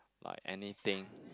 like anything